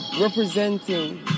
Representing